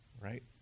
right